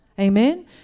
Amen